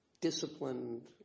disciplined